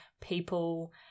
people